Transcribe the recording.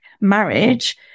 marriage